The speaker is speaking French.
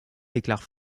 déclare